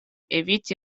eviti